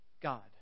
God